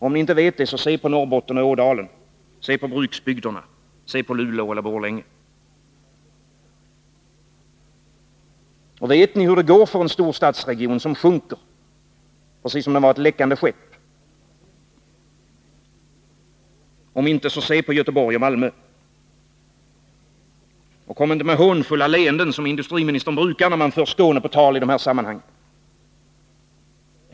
Om ni inte vet det, se då på Norrbotten och Ådalen, se på bruksbygderna, på Luleå eller Borlänge! Och vet ni hur det går för en stor stadsregion som sjunker precis som om den var ett läckande skepp? Om inte, se då på Göteborg och Malmö! Kom inte med hånfulla leenden, som industriministern brukar göra, när man för Skåne på tal i de här sammanhangen!